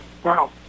Wow